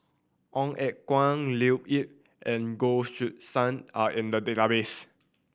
Ong Eng Guan Leo Yip and Goh Choo San are in the database